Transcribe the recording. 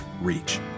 reach